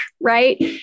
right